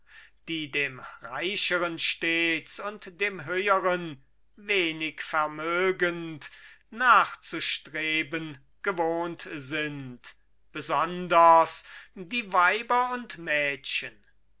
die dem reicheren stets und dem höheren wenig vermögend nachzustreben gewohnt sind besonders die weiber und mädchen